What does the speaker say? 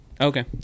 Okay